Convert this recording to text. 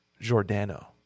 Giordano